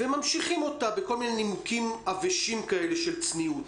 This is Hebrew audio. וממשיכים אותה בכל מיני נימוקים עבשים של צניעות.